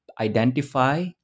identify